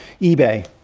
eBay